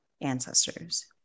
ancestors